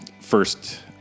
first